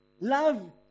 Love